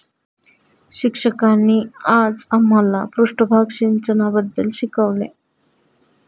शिक्षकांनी आज आम्हाला पृष्ठभाग सिंचनाबद्दल शिकवले